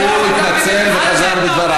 הוא התנצל וחזר בו מדבריו.